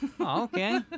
okay